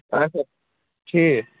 اَہَن حظ ٹھیٖک